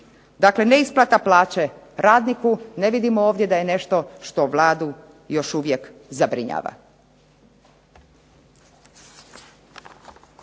Dakle, neisplata plaće radniku ne vidim da je ovdje ne što što Vladu još uvijek zabrinjava.